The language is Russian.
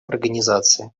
организации